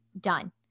done